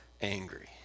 angry